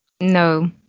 No